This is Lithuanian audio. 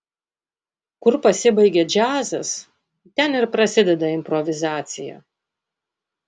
kur pasibaigia džiazas ten ir prasideda improvizacija